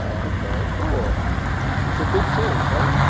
ok, cool it's a big change, right?